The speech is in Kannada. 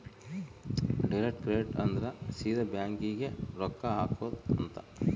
ಡೈರೆಕ್ಟ್ ಕ್ರೆಡಿಟ್ ಅಂದ್ರ ಸೀದಾ ಬ್ಯಾಂಕ್ ಗೇ ರೊಕ್ಕ ಹಾಕೊಧ್ ಅಂತ